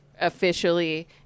officially